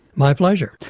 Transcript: my pleasure.